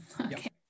Okay